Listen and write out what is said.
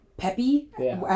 Peppy